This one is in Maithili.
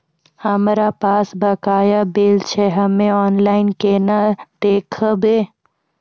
हमरा पास बकाया बिल छै हम्मे ऑनलाइन केना देखबै?